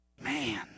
Man